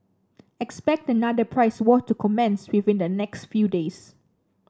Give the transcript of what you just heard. expect another price war to commence within the next few days